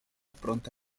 pronte